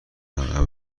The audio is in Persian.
عقب